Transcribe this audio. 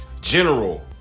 General